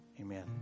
amen